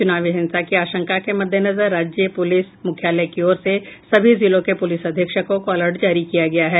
चुनावी हिंसा की आशंका के मद्देनजर राज्य पुलिस मुख्यालय की ओर से सभी जिलों के पुलिस अधीक्षकों को अलर्ट जारी किया गया है